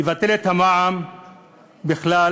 יבטל את המע"מ בכלל.